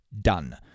done